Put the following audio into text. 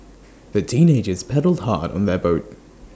the teenagers paddled hard on their